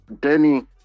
Danny